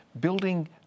building